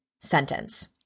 sentence